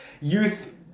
youth